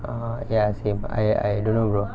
err ya same I I don't know brother